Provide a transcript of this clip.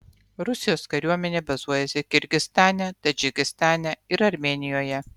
rusijos kariuomenė bazuojasi kirgizstane tadžikistane ir armėnijoje